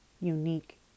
unique